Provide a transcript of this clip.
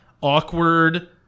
awkward